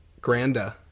Granda